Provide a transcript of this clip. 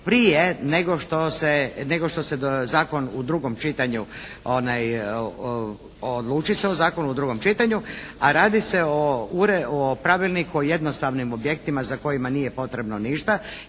odluči se o zakonu u drugom čitanju, a radi se o Pravilniku o jednostavnim objektima za kojima nije potrebno ništa.